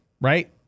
Right